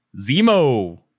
Zemo